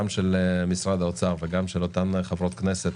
גם עם משרד האוצר ועם אותן חברות כנסת